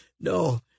No